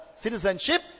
citizenship